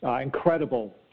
incredible